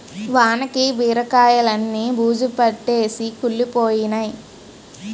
వానకి బీరకాయిలన్నీ బూజుపట్టేసి కుళ్లిపోయినై